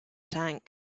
tank